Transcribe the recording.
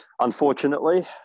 unfortunately